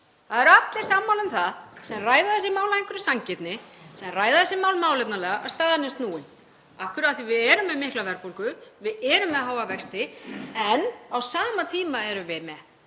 Það eru allir sammála um það sem ræða þessi mál af einhverri sanngirni, sem ræða þessi mál málefnalega, að staðan er snúin. Af hverju? Af því að við erum með mikla verðbólgu, við erum með háa vexti. En á sama tíma erum við með